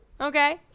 Okay